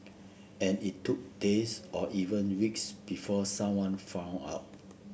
and it took days or even weeks before someone found out